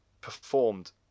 performed